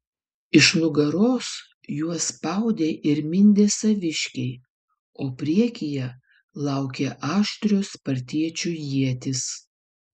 iš nugaros juos spaudė ir mindė saviškiai o priekyje laukė aštrios spartiečių ietys